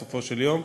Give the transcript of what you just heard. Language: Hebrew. בסופו של יום,